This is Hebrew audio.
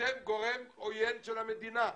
אתם גורם עוין של המדינה.